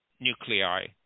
nuclei